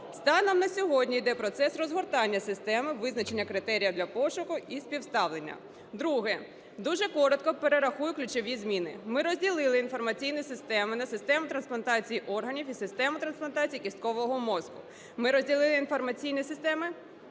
Станом на сьогодні іде процес розгортання системи, визначення критеріїв для пошуку і співставлення. Друге. Дуже коротко перерахую ключові зміни. Ми розділили інформаційні системи на систему трансплантації органів і систему трансплантації кісткового мозку. Ми розділили інформаційні системи